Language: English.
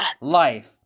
life